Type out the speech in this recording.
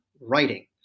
writing